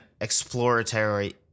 exploratory